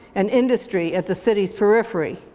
and industry at the city's periphery,